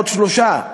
עוד שלושה,